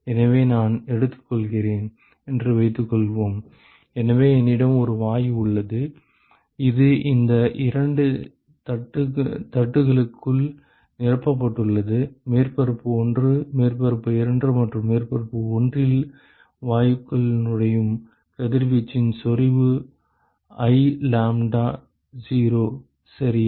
எனவே நான் எடுத்துக்கொள்கிறேன் என்று வைத்துக்கொள்வோம் எனவே என்னிடம் ஒரு வாயு உள்ளது இது இந்த இரண்டு தட்டுகளுக்குள் நிரப்பப்பட்டுள்ளது மேற்பரப்பு 1 மேற்பரப்பு 2 மற்றும் மேற்பரப்பு 1 இல் வாயுவுக்குள் நுழையும் கதிர்வீச்சின் செறிவு I லாம்ப்டா 0 சரியா